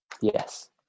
yes